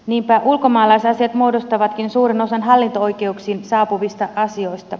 niinpä ulkomaalaisasiat muodostavatkin suuren osan hallinto oikeuksiin saapuvista asioista